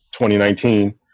2019